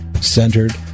centered